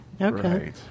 Okay